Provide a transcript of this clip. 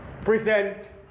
Present